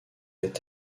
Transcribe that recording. est